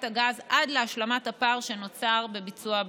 הגז עד להשלמת הפער שנוצר לעניין ביצוע הבדיקות.